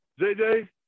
jj